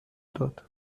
داد